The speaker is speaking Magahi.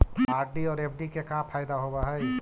आर.डी और एफ.डी के का फायदा होव हई?